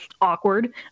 awkward